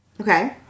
Okay